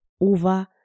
over